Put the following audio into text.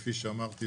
כפי שאמרתי,